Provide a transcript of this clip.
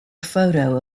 photo